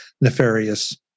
nefarious